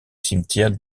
cimetière